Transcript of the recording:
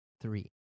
three